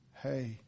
Hey